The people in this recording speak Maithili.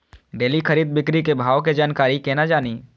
डेली खरीद बिक्री के भाव के जानकारी केना जानी?